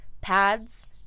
pads